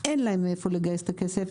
אין להם מאיפה לגייס את הכסף.